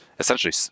Essentially